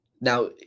now